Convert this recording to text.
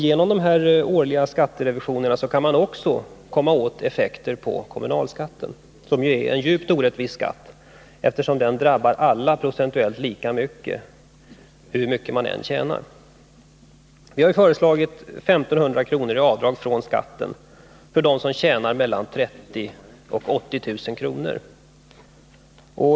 Genom årliga skatterevisioner kan man också komma åt effekter på kommunalskatten, som ju är en djupt orättvis skatt, eftersom den drabbar alla procentuellt lika hårt, hur mycket man än tjänar. Vi har föreslagit 1 500 kr. i avdrag från skatten för dem som tjänar mellan 30 000 och 80000 kr.